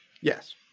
yes